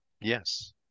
Yes